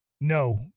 No